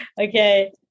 okay